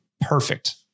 perfect